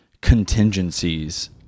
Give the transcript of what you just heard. contingencies